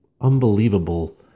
unbelievable